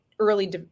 early